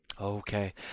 Okay